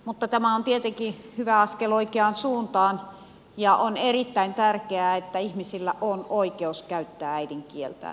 mutta tämä on tietenkin hyvä askel oikeaan suuntaan ja on erittäin tärkeää että ihmisillä on oikeus käyttää äidinkieltään